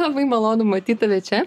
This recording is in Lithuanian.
labai malonu matyt tave čia